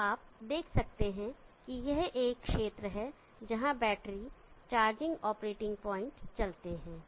तो आप देख सकते हैं कि एक क्षेत्र है जहां बैटरी चार्जिंग ऑपरेटिंग पॉइंट चलते हैं